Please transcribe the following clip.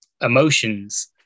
emotions